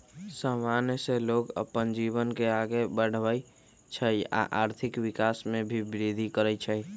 समान से लोग अप्पन जीवन के आगे बढ़वई छई आ आर्थिक विकास में भी विर्धि करई छई